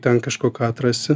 ten kažko ką atrasi